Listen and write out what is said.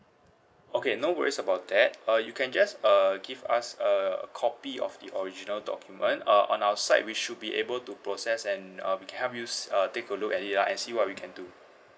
okay no worries about that uh you can just uh give us a copy of the original document uh on our side we should be able to process and uh we can help you err take a look at it lah and see what we can do